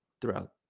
throughout